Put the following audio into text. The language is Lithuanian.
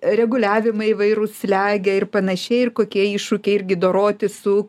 reguliavimai įvairūs slegia ir panašiai ir kokie iššūkiai irgi dorotis su